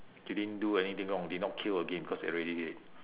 you didn't do anything wrong did not kill again cause they already dead